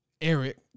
Eric